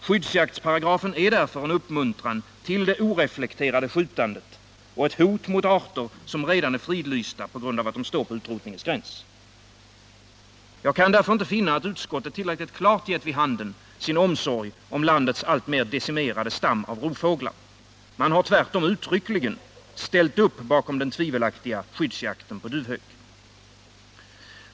Skyddsjaktsparagrafen är därför en uppmuntran till det oreflekterade skjutandet och ett hot mot arter som redan är fridlysta på grund av att de står på utrotningens gräns. Jag kan därför inte finna att utskottet tillräckligt klart gett vid handen sin omsorg om landets alltmer decimerade stam av rovfåglar. Man har tvärtom uttryckligen ställt upp bakom den tvivelaktiga skyddsjakten på duvhök.